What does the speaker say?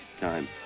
time